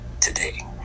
today